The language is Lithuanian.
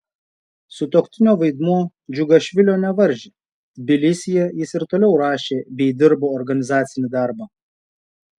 sutuoktinio vaidmuo džiugašvilio nevaržė tbilisyje jis ir toliau rašė bei dirbo organizacinį darbą